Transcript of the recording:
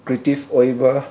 creative ꯑꯣꯏꯕ